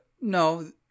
no